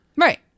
Right